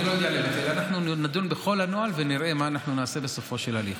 אנחנו נדון בכל הנוהל ונראה מה נעשה בסופו של הליך.